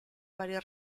varie